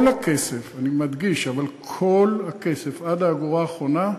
כל הכסף, אני מדגיש, כל הכסף עד האגורה האחרונה,